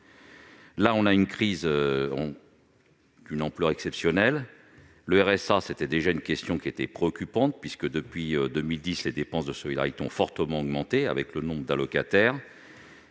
face à une crise d'une ampleur exceptionnelle. Le RSA était déjà un sujet de préoccupations. Depuis 2010, les dépenses de solidarité ont fortement augmenté avec le nombre d'allocataires.